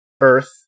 earth